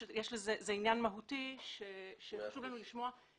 זה עניין מהותי שחשוב לנו לשמוע את הערות הציבור.